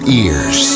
ears